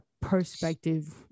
perspective